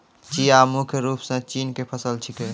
चिया मुख्य रूप सॅ चीन के फसल छेकै